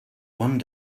one